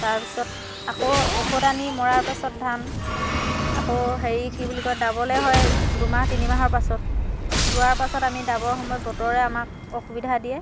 তাৰপাছত আকৌ ঔষধ আনি মৰাৰ পাছত ধান আকৌ হেৰি কি বুলি কয় দাবলে হয় দুমাহ তিনিমাহৰ পাছত দোৱাৰ পাছত আমি দাবৰ সময়ত বতৰে আমাক অসুবিধা দিয়ে